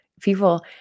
People